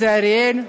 זה אריאל,